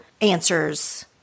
answers